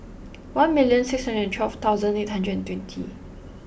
one million six hundred and twelve thousand eight hundred and twenty